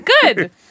good